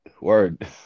word